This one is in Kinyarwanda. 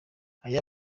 aya